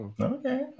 Okay